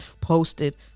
posted